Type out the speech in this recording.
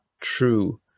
true